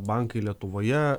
bankai lietuvoje